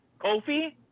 Kofi